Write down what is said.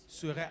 Serait